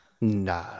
No